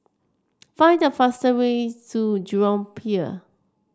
find the fastest way to Jurong Pier